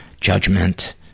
judgment